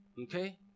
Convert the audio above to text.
Okay